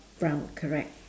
brown correct